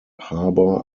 harbour